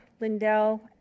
Lindell